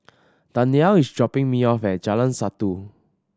Danyelle is dropping me off at Jalan Satu